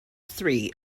three